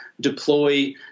deploy